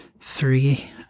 Three